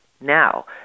now